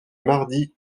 mardi